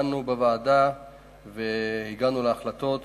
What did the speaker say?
דנו בוועדה והגענו להחלטות.